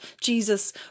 Jesus